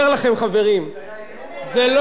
רבותי, אנחנו בכנסת, לא בכותל עכשיו.